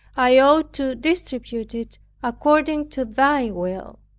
i ought to distribute it according to thy will.